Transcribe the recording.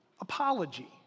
Apology